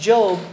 Job